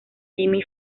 jimmy